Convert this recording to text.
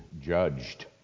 judged